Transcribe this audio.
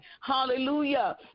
hallelujah